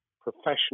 professional